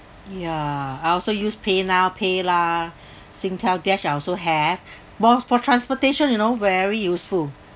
ya I also use PayNow PayLah Singtel dash I also have more for transportation you know very useful